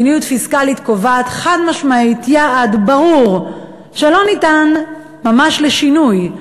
מדיניות פיסקלית קובעת חד-משמעית יעד ברור שלא ניתן ממש לשינוי.